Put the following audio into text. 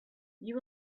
you